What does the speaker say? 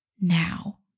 now